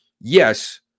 yes